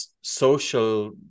social